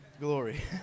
Glory